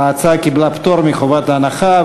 ההצעה קיבלה פטור מחובת ההנחה.